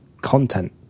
content